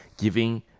giving